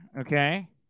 okay